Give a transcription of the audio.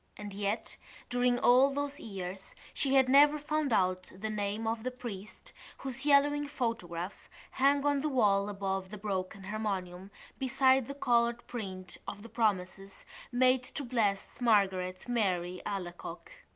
and yet during all those years she had never found out the name of the priest whose yellowing photograph hung on the wall above the broken harmonium beside the coloured print of the promises made to blessed margaret mary alacoque.